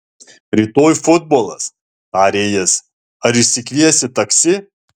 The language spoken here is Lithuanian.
rytoj futbolas tarė jis ar išsikviesi taksi